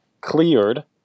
cleared